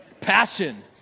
passion